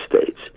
States